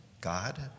God